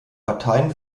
parteien